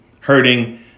hurting